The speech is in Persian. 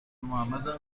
محمدم